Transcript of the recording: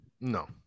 No